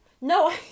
no